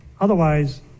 otherwise